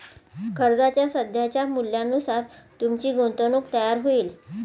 कर्जाच्या सध्याच्या मूल्यानुसार तुमची गुंतवणूक तयार होईल